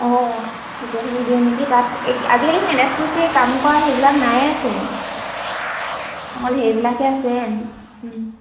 অঁ সেইখিনি দিয়ে নেকি তাত আজিকালি এন এছ পি চি ত কাম কৰা সেইবিলাক নায়েইচোন অকল সেইবিলাকে আছে